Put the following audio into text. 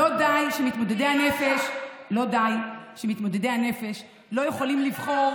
לא די שמתמודדי הנפש לא יכולים לבחור